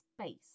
space